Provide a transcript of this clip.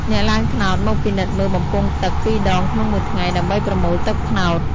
អ្នកឡើងត្នោតមកពិនិត្យមើលបំពង់ទឹកពីរដងក្នុងមួយថ្ងៃ ដើម្បីប្រមូលទឹកត្នោត។